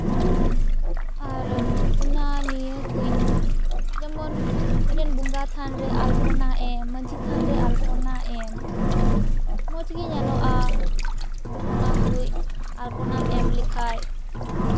ᱟᱨ ᱚᱱᱟ ᱱᱤᱭᱮ ᱠᱩᱡ ᱡᱮᱢᱚᱱ ᱢᱤᱫᱴᱮᱱ ᱵᱚᱸᱜᱟ ᱛᱷᱟᱱ ᱨᱮ ᱟᱞᱯᱚᱱᱟ ᱮᱢ ᱢᱟᱹᱡᱷᱤ ᱛᱷᱟᱱ ᱨᱮ ᱟᱞᱯᱚᱱᱟ ᱮᱢ ᱢᱚᱡᱽ ᱜᱮ ᱧᱮᱞᱚᱜᱼᱟ ᱚᱱᱟ ᱠᱩᱡ ᱟᱞᱯᱚᱱᱟᱢ ᱮᱢ ᱞᱮᱠᱷᱟᱡ